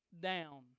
down